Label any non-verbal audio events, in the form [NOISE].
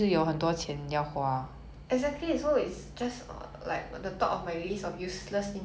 you see precisely cause no one buys it but it exists which makes me angry [LAUGHS]